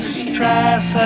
stress